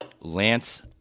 Lance